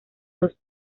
dos